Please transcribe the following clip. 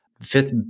Fifth